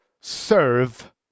serve